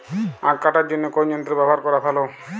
আঁখ কাটার জন্য কোন যন্ত্র ব্যাবহার করা ভালো?